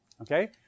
okay